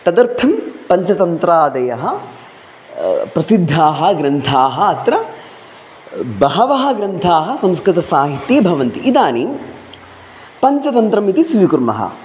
तदर्थं पञ्चतन्त्रादयः प्रसिद्धाः ग्रन्थाः अत्र बहवः ग्रन्थाः संस्कृतसाहित्ये भवन्ति इदानीं पञ्चतन्त्रम् इति स्वीकुर्मः